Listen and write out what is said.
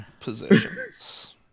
positions